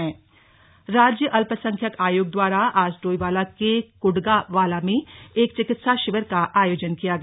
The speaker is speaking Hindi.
चिकित्सा शिविर राज्य अल्पसंख्यक आयोग द्वारा आज डोईवाला के कुडकावाला में एक चिकित्सा शिविर का आयोजन किया गया